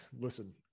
listen